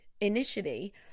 initially